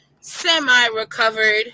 semi-recovered